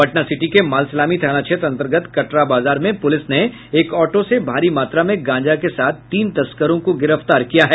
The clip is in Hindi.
पटना सिटी के मालसलामी थाना क्षेत्र अंतर्गत कटरा बाजार में पुलिस ने एक ऑटो से भारी मात्रा में गांजा के साथ तीन तस्करों को गिरफ्तार किया है